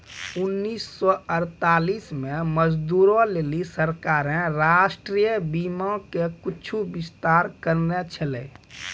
उन्नीस सौ अड़तालीस मे मजदूरो लेली सरकारें राष्ट्रीय बीमा मे कुछु विस्तार करने छलै